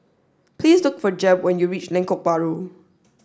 please look for Jeb when you reach Lengkok Bahru